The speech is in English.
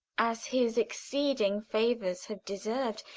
as his exceeding favours have deserv'd,